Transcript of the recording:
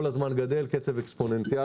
כל הזמן גדל, קצב אקספוננציאלי.